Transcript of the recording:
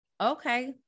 Okay